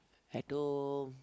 at home